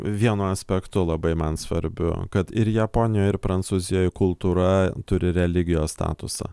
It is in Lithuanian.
vienu aspektu labai man svarbiu kad ir japonijoj ir prancūzijoj kultūra turi religijos statusą